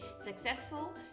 successful